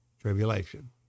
tribulation